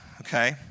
okay